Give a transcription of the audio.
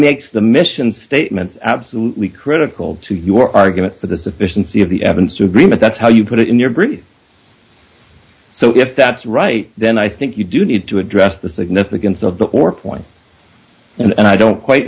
makes the mission statement absolutely critical to your argument for the sufficiency of the evidence to agreement that's how you put it in your brief so if that's right then i think you do need to address the significance of the or point and i don't quite